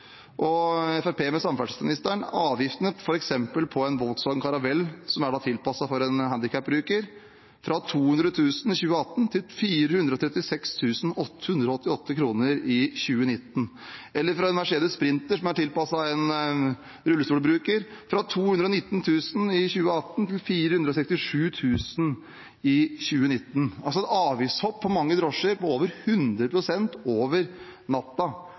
og samferdselsminister fra Fremskrittspartiet, avgiftene på f.eks. en Volkswagen Caravelle, som er tilpasset en handikappet bruker, fra 200 000 kr i 2018 til 436 888 kr i 2019. Avgiftene på en Mercedes Sprinter, som er tilpasset rullestolbrukere, økte fra 219 000 kr i 2018 til 467 000 kr i 2019. Det er altså et avgiftshopp på mange drosjer på over